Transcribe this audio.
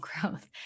growth